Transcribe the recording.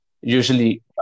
usually